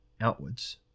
outwards